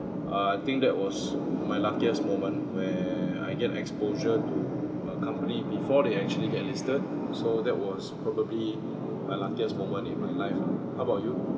uh I think that was my luckiest moment where I get the exposure to a company before they actually get listed so that was probably the luckiest moment in my life how about you